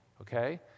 okay